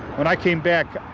when i came back,